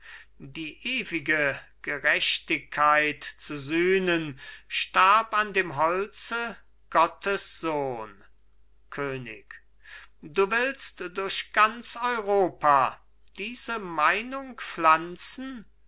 die ewige gerechtigkeit zu sühnen starb an dem holze gottes sohn könig du willst durch ganz europa diese meinung pflanzen